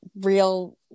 real